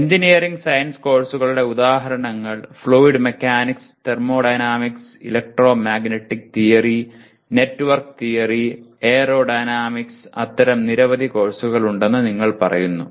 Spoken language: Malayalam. എഞ്ചിനീയറിംഗ് സയൻസ് കോഴ്സുകളുടെ ഉദാഹരണങ്ങൾ fluid mechanics thermodynamics electromagnetic theory network theory aerodynamics അത്തരം നിരവധി കോഴ്സുകൾ ഉണ്ടെന്ന് നിങ്ങൾ പറയുന്നു